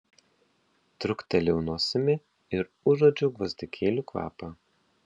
truktelėjau nosimi ir užuodžiau gvazdikėlių kvapą